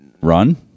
run